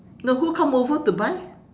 no who come over to buy